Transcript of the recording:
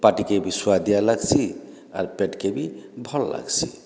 ପାଟିକେ ବି ସୁଆଦିଆ ଲାଗ୍ସି ଆର୍ ପେଟ୍କେ ବି ଭଲ୍ ଲାଗ୍ସି